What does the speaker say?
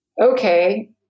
okay